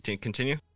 continue